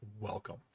welcome